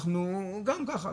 אנחנו גם ככה,